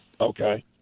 Okay